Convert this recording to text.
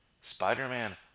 Spider-Man